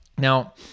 Now